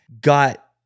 got